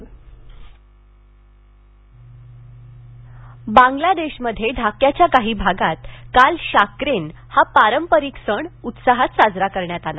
ध्वनी बांगलादेशमध्ये ढाक्याच्या काही भागात काल शाक्रेन हा पारंपरिक सण उत्साहात साजरा करण्यात आला